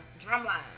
drumline